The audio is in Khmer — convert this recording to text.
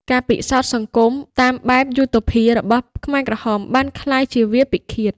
ការពិសោធន៍សង្គមតាមបែបយូតូភា របស់ខ្មែរក្រហមបានក្លាយជាវាលពិឃាត។